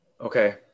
Okay